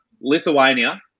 Lithuania